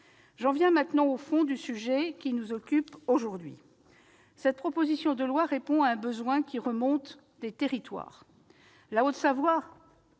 J'en viens maintenant au fond du sujet. Cette proposition de loi répond à un besoin qui remonte des territoires. La Haute-Savoie